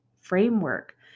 framework